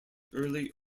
early